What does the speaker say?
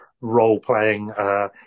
role-playing